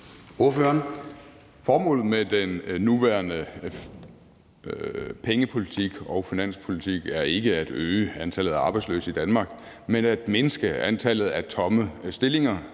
Olesen (LA): Formålet med den nuværende pengepolitik og finanspolitik er ikke at øge antallet af arbejdsløse i Danmark, men at mindske antallet af tomme stillinger,